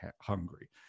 hungry